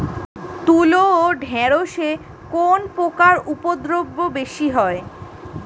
তুলো ও ঢেঁড়সে কোন পোকার উপদ্রব বেশি হয়?